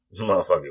motherfucker